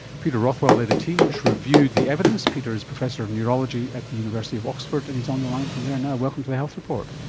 peter rothwell led a team which reviewed the evidence. peter is professor of neurology at the university of oxford, and he's on the line from there now. welcome to the health report.